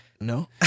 No